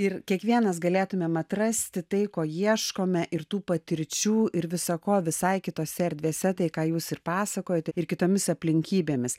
ir kiekvienas galėtumėm atrasti tai ko ieškome ir tų patirčių ir visa ko visai kitose erdvėse tai ką jūs ir pasakojat ir kitomis aplinkybėmis